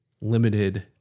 limited